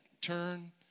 turn